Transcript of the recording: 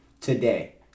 today